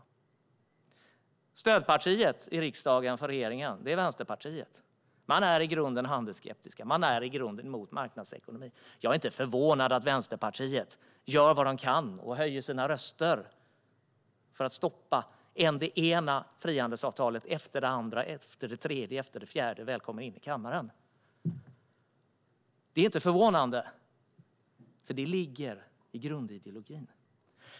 Regeringens stödparti i riksdagen är Vänsterpartiet. Där är man i grunden handelsskeptisk. Man är i grunden mot marknadsekonomi. Jag är inte förvånad över att man i Vänsterpartiet gör vad man kan och höjer sina röster för att stoppa det ena frihandelsavtalet efter det andra och så vidare. Det är inte förvånande, för det ligger i grundideologin.